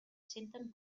senten